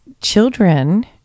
children